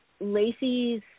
Lacey's